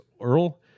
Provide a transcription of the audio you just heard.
Earl